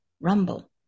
Rumble